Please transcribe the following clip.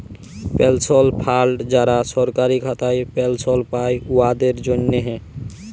পেলশল ফাল্ড যারা সরকারি খাতায় পেলশল পায়, উয়াদের জ্যনহে